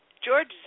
George